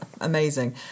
amazing